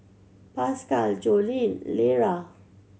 Pascal Jocelyne Lera